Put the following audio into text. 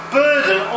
burden